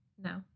No